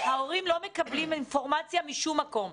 ההורים לא מקבלים אינפורמציה משום מקום,